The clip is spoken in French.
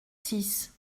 six